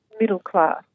middle-class